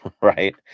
right